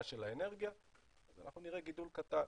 של האנרגיה אנחנו נראה גידול קטן.